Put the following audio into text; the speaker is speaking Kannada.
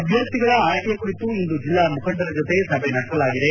ಅಭ್ಯರ್ಥಿಗಳ ಆಯ್ಕೆ ಕುರಿತು ಇಂದು ಜಿಲ್ಲಾ ಮುಖಂಡರ ಜೊತೆ ಸಭೆ ನಡೆಸಲಾಗಿದೆ